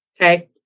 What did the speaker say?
Okay